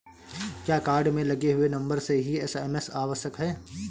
क्या कार्ड में लगे हुए नंबर से ही एस.एम.एस आवश्यक है?